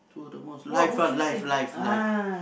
to the most life ah life life life